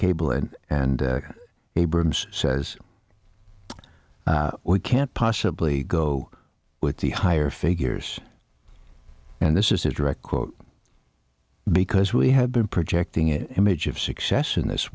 cable and and abrams says we can't possibly go with the higher figures and this is a direct quote because we have been projecting it image of success in this